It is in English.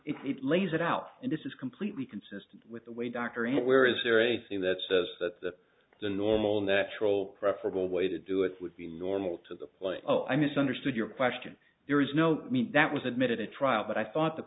it lays it out and this is completely consistent with the way dr anywhere is there anything that says that the the normal natural preferable way to do it would be normal to the plane oh i misunderstood your question there is no meat that was admitted at trial but i thought the